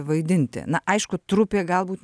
vaidinti na aišku trupė galbūt